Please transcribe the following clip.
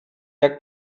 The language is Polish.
jak